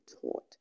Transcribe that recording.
taught